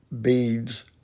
beads